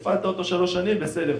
הפעלת אותו שלוש שנים בסדר.